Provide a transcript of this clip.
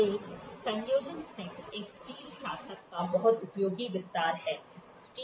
एक संयोजन सेट एक स्टील शासक का बहुत उपयोगी विस्तार है